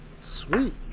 Sweet